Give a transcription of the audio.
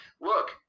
look